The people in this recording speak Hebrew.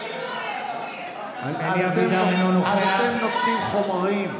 אז אתם נותנים חומרים.